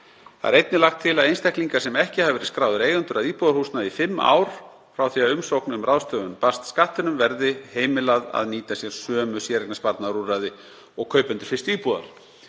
er lagt til að einstaklingum sem ekki hafa verið skráðir eigendur að íbúðarhúsnæði í fimm ár frá því að umsókn um ráðstöfun barst Skattinum verði heimilað að nýta sér sömu séreignarsparnaðarúrræði og kaupendur fyrstu íbúðar.